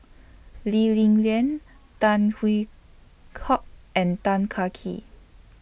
Lee Li Lian Tan Hwee and Tan Kah Kee